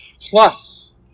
plus